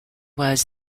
was